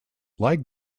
like